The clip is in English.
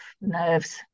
nerves